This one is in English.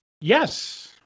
Yes